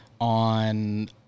on